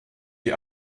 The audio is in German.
die